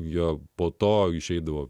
jie po to išeidavo